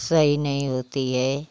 सही नहीं होती है